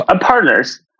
Partners